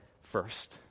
First